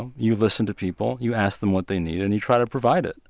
and you listen to people, you ask them what they need and you try to provide it,